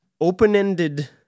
open-ended